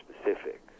specific